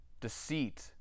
deceit